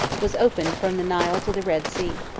was opened from the nile to the red sea.